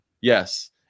Yes